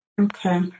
Okay